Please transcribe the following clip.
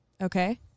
Okay